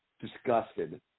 disgusted